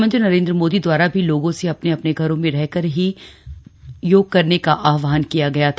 प्रधानमंत्री नरेंद्र मोदी द्वारा भी लोगों से अपने अपने घरों में रहकर ही योग करने का आह्वान किया गया था